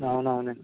అవును అవునండి